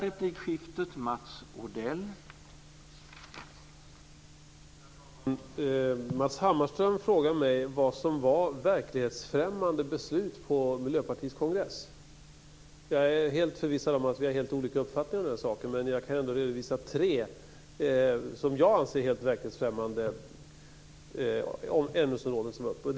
Herr talman! Matz Hammarström frågade mig vilka de verklighetsfrämmande besluten på Miljöpartiets kongress var. Jag är förvissad om att vi har helt olika uppfattningar om den saken, men jag kan ändå redovisa tre som jag anser helt verklighetsfrämmande ämnesområden som var uppe.